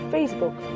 Facebook